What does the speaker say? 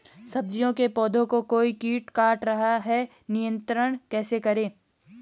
सब्जियों के पौधें को कोई कीट काट रहा है नियंत्रण कैसे करें?